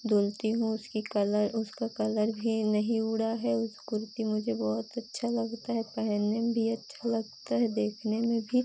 धुलती हूँ उसका कलर उसका कलर भी नहीं उड़ा है उस कुर्ती मुझे बहुत अच्छा लगता है पहनने में भी अच्छा लगता है देखने में भी